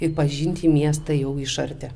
ir pažinti miestą jau iš arti